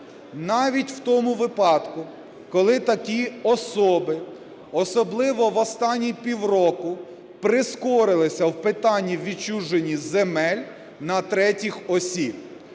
навіть в тому випадку, коли такі особи, особливо в останні півроку, прискорилися в питанні відчуження земель на третіх осіб.